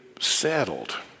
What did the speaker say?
settled